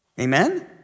Amen